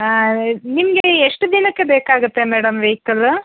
ನಿಮಗೆ ಎಷ್ಟು ದಿನಕ್ಕೆ ಬೇಕಾಗತ್ತೆ ಮೇಡಮ್ ವೆಹಿಕಲ್